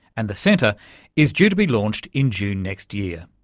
and the centre is due to be launched in june next year.